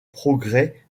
progrès